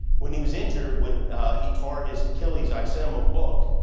when he was injured, when he tore his achilles, i sent him a book,